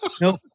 Nope